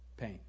Pain